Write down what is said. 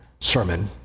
sermon